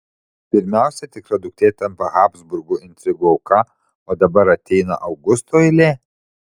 pirmiausia tikra duktė tampa habsburgų intrigų auka o dabar ateina augusto eilė